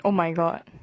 oh my god